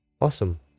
Awesome